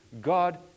God